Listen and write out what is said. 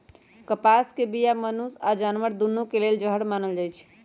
कपास के बीया मनुष्य आऽ जानवर दुन्नों के लेल जहर मानल जाई छै